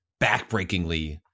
backbreakingly